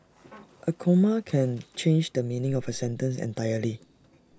A comma can change the meaning of A sentence entirely